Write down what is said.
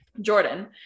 Jordan